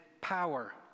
power